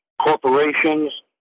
corporations